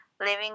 living